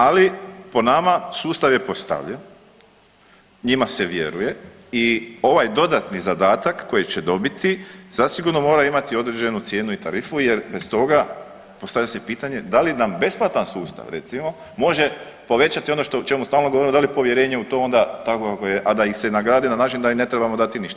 Ali po nama sustav je postavljen, njima se vjeruje i ovaj dodatni zadatak koji će dobiti zasigurno mora imati određenu cijenu i tarifu jer bez toga postavlja se pitanje da li nam besplatan sustav recimo može povećati ono o čemu stalno govorimo, da li je povjerenje u to onda takvo kakvo je, a da ih se nagradi na način da im ne trebamo dati ništa.